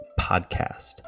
podcast